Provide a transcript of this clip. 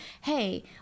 hey